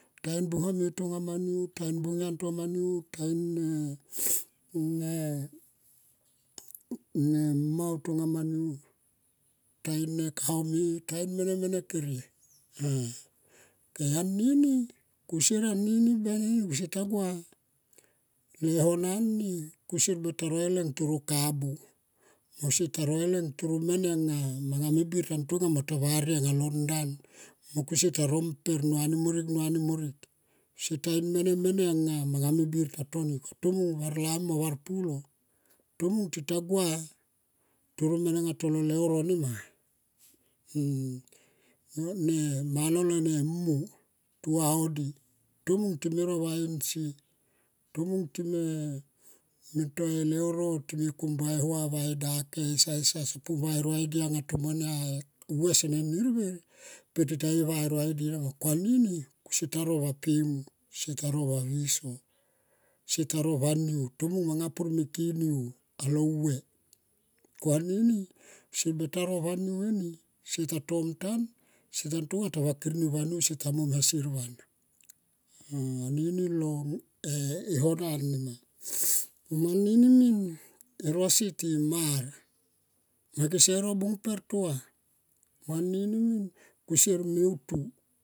Ta hin bung home tonga ma niu ta hin bung yan tonga ma niu. Ta hin ne ne mau tonga ma niu. Ta hin kahome ta hin mene mene kere ah. Ok anini kusier anini ben eni kusier tagua le hona ni kusier beta roi leng toro kabu mo kusier ta ro ileng loro mene nga manga me bir ta tonga mo ta varie anga lon ndan mo kusier ta ro mper ngua ni morik ngua ni morik. Seta in mene nga manga me bir ta toni. Tomung varlami mo var pulo, tomung tagua toro mene nga tolo leuro nema lo mana lo mu tuva lol di. Tomung ti me ro va e nsie mo time to e leuro time kombua e hua va e dake e sa esa sopu va e roidi ang tomo nia e vue anga sene nir ver per ti ta ra eroidi nama. Anini sier ta ro va pemu, sier ta ro va viso, sier to ro va niu, tomung manga pur me ki niu alo vue. Ko anini ser beta ro va vue ne. Sier ta tom tan sier beta vakir niu eni sebeta mom asier van anini lo e hona nima mani ni min erosi ti mar nga kesero bung per tovako anini min kusier meu tu.